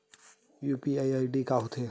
UPI ID का होथे?